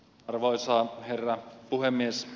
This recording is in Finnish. arvoisa herra puhemies